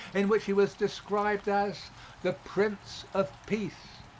in which he was described as the prince of peace.